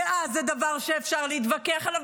דעה זה דבר שאפשר להתווכח עליו.